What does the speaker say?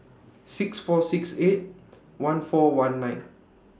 six four six eight one four one nine